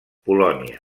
polònia